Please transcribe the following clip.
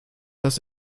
das